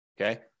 Okay